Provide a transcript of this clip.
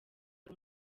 ngo